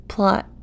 Plot